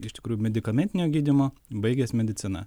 iš tikrųjų medikamentinio gydymo baigęs mediciną